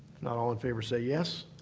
not, all in favor say yes.